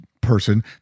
person